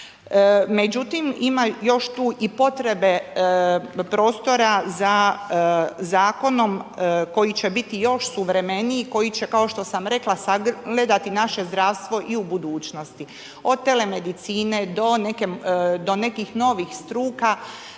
Međutim ima još tu i potrebe, prostora za zakonom koji će biti još suvremeniji, koji će kao što sam rekla, sagledati naše zdravstvo i u budućnosti. Od telemedicine do nekih novih struka